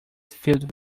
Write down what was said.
filled